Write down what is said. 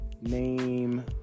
Name